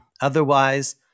otherwise